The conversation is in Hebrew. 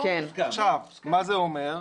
מה זה אומר?